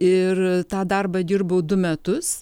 ir tą darbą dirbau du metus